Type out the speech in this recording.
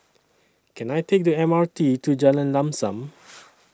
Can I Take The M R T to Jalan Lam SAM